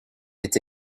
est